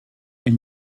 elle